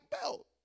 belt